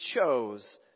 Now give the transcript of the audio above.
chose